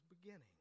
beginning